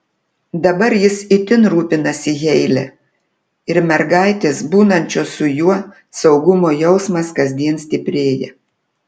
dabar jis itin rūpinasi heile ir mergaitės būnančios su juo saugumo jausmas kasdien stiprėja